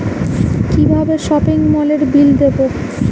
কিভাবে সপিং মলের বিল দেবো?